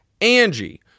Angie